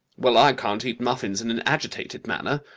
well, i can't eat muffins in an agitated manner.